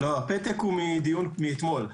אני ראש אגף קרקעות מזוהמות,